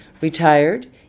retired